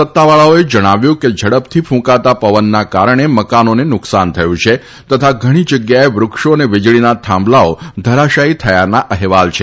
સત્તાવાળાઓએ જણાવ્યું છે કે ઝડપથી કુંકાતા પવનના કારણે મકાનોને નુકસાન થયું છે તથા ઘણી જગ્યાએ વૃક્ષો અને વીજળીના થાંભલાઓ ધરાશાઈ થયાના અહેવાલ છે